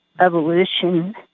evolution